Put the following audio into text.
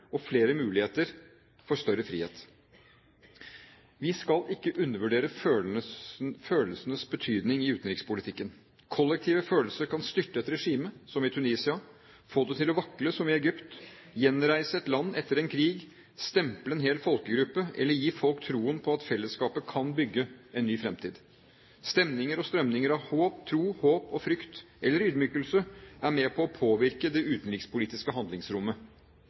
og flere muligheter for større frihet. Vi skal ikke undervurdere følelsenes betydning i utenrikspolitikken. Kollektive følelser kan styrte et regime, som i Tunisia, få det til å vakle, som i Egypt, gjenreise et land etter en krig, stemple en hel folkegruppe, eller gi folk troen på at fellesskapet kan bygge en ny fremtid. Stemninger og strømninger av tro, håp, frykt eller ydmykelse er med på å påvirke det utenrikspolitiske handlingsrommet.